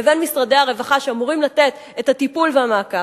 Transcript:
לבין משרדי הרווחה שאמורים לתת את הטיפול והמעקב.